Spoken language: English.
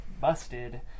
Busted